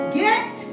get